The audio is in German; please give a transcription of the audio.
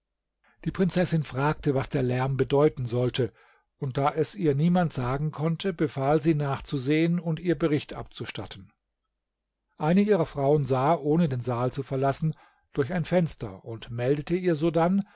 die prinzessin fragte was der lärm bedeuten sollte und da es ihr niemand sagen konnte befahl sie nachzusehen und ihr bericht abzustatten eine ihrer frauen sah ohne den saal zu verlassen durch ein fenster und meldete ihr sodann